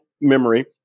memory